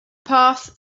path